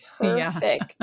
Perfect